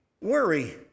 worry